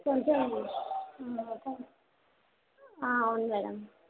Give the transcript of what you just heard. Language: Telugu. కొంచెం అవును మేడం